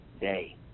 day